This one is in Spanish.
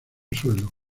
suelo